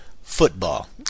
football